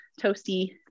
toasty